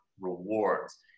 rewards